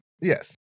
Yes